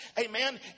Amen